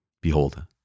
Behold